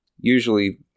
usually